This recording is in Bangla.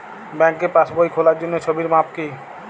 ব্যাঙ্কে পাসবই খোলার জন্য ছবির মাপ কী?